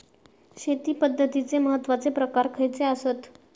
शेती पद्धतीचे महत्वाचे प्रकार खयचे आसत?